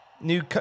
New